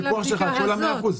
הפיקוח שלך על כל ה-100%?